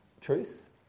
truth